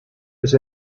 his